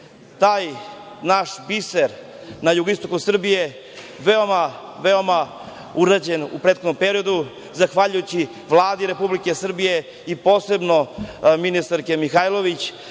taj naš biser na jugoistoku Srbije veoma urađen u prethodnom periodu zahvaljujući Vladi Republike Srbije i posebno ministarki Mihajlović